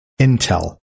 intel